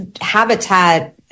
habitat